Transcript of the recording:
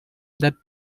that